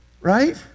right